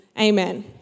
Amen